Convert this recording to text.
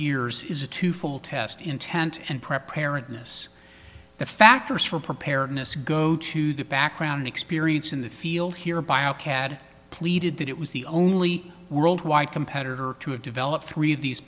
years is a twofold test intent and preparedness the factors for preparedness go to the background experience in the field here by a cad pleaded that it was the only worldwide competitor to have developed three of these